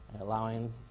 allowing